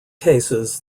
cases